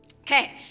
Okay